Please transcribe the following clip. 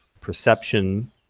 perception